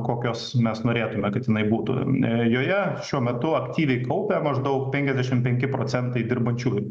kokios mes norėtume kad jinai būtų na joje šiuo metu aktyviai kaupia maždaug penkiasdešimt penki procentai dirbančiųjų